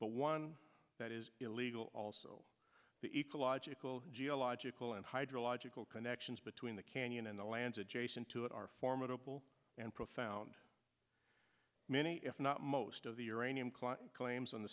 but one that is illegal also the ecological geological and hydrological connections between the canyon and the lands adjacent to it are formidable and profound many if not most of the uranium claims on the